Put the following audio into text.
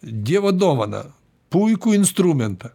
dievo dovaną puikų instrumentą